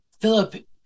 Philip